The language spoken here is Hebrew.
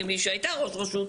כמי שהייתה ראש רשות,